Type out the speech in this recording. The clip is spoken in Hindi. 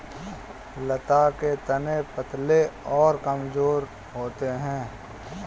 लता के तने पतले और कमजोर होते हैं